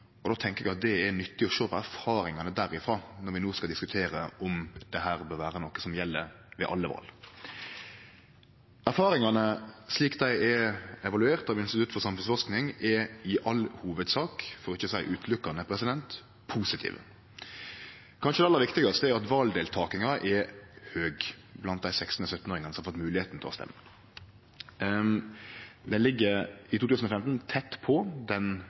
og då tenkjer eg at det er nyttig å sjå på erfaringane derifrå, når vi no skal diskutere om dette bør vere noko som skal gjelde ved alle val. Erfaringane, slik dei er evaluerte av Institutt for samfunnsforsking, er i all hovudsak – for ikkje å seie berre – positive. Kanskje er det aller viktigaste at valdeltakinga er høg blant dei 16- og 17-åringane som har fått moglegheit til å stemme. Det ligg i 2015 tett på den